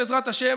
בעזרת השם,